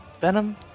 Venom